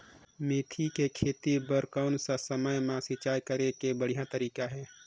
मेथी के खेती बार कोन सा समय मां सिंचाई करे के बढ़िया तारीक हे?